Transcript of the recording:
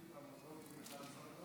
מיקי.